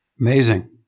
Amazing